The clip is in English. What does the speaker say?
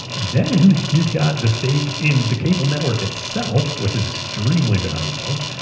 then you've got the stake in the cable network itself which is extremely valuable.